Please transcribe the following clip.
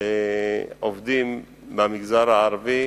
עובדים מהמגזר הערבי.